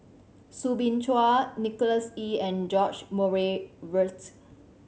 Soo Bin Chua Nicholas Ee and George Murray Reith